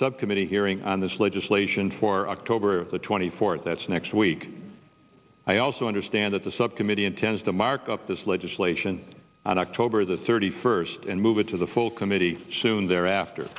subcommittee hearing on this legislation for october the twenty fourth that's next week i also understand that the subcommittee intends to mark up this legislation on october the thirty first and move it to the full committee soon thereafter